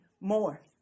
more